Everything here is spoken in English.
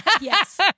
Yes